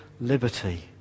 liberty